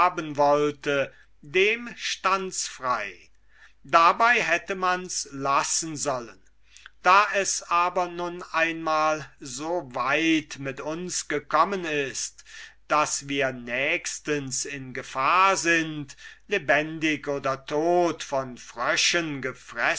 wollte dem stund's frei dabei hätte man's lassen sollen da es aber nun einmal so weit mit uns gekommen ist daß wir nächstens in gefahr sind lebendig oder tot von